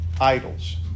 idols